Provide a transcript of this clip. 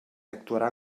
actuarà